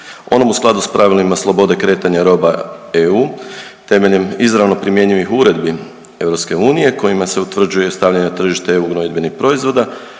onom u skladu s pravilima slobode kretanja roba EU temeljem izravno primjenjivih uredbi EU kojima se utvrđuje stavljanje na tržište EU gnojidbenih proizvoda